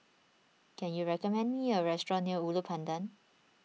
can you recommend me a restaurant near Ulu Pandan